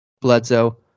Bledsoe